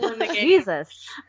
Jesus